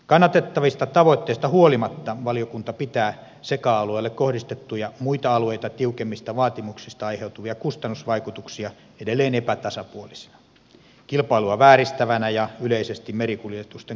kannatettavista tavoitteista huolimatta valiokunta pitää seca alueelle kohdistettuja muita alueita tiukemmista vaatimuksista aiheutuvia kustannusvaikutuksia edelleen epätasapuolisina kilpailua vääristävinä ja yleisesti merikuljetusten kustannustehokkuutta heikentävinä